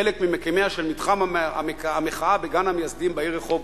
חלק ממקימיו של מתחם המחאה ב'גן המייסדים' בעיר רחובות,